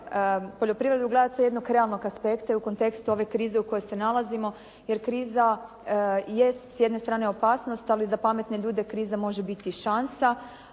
poljoprivredu gledati s jednog realnog aspekta i u kontekstu ove krize u kojoj se nalazimo jer kriza jest s jedne strane opasnost ali za pametne ljude kriza može biti i šansa.